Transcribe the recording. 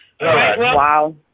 Wow